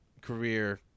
career